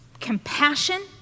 compassion